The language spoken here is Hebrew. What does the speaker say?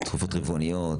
תרופות רבעוניות.